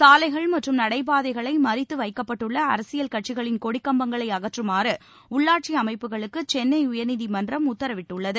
சாலைகள் நடைபாதைகளைமறித்துவைக்கப்பட்டுள்ளஅரசியல் கட்சிகளின் மற்றும் கொடிகம்பங்களைஅகற்றுமாறுஉள்ளாட்சிஅமைப்புகளுக்குசென்னஉயர்நீதிமன்றம் உத்தரவிட்டுள்ளது